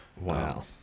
Wow